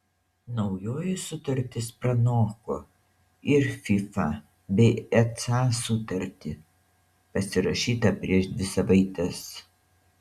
naujoji sutartis pranoko ir fifa bei eca sutartį pasirašytą prieš dvi savaites